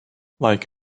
like